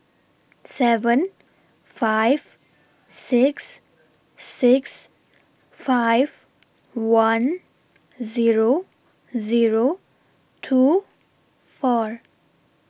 seven five six six five one Zero Zero two four